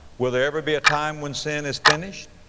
will there ever be a time when sin is finished?